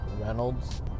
Reynolds